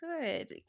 Good